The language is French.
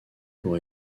pour